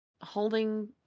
holding